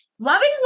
Loving